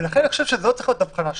לכן אני חושב שזו צריכה להיות ההבחנה שלכם,